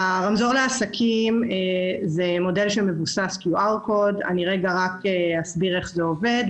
הרמזור לעסקים הוא מודל שמבוסס קוד QR. אני אסביר רגע איך זה עובד.